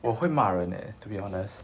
我会骂人 eh to be honest